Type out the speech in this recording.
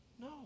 No